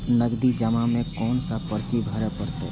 नगदी जमा में कोन सा पर्ची भरे परतें?